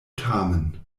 tamen